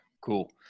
cool